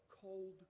cold